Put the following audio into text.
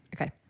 Okay